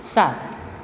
સાત